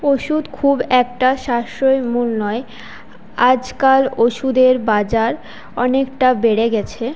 ওষুধ খুব একটা সাশ্রয়ী মূল্যে নেই আজকাল ওষুধের বাজার অনেকটা বেড়ে গেছে